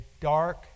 dark